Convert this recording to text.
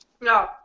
No